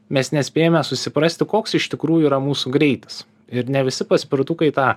mes nespėjame susiprasti koks iš tikrųjų yra mūsų greitis ir ne visi paspirtukai tą